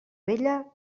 vella